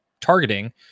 targeting